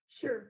sure